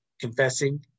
confessing